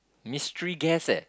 mystery guest eh